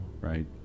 right